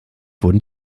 wurden